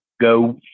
Go